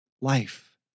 Life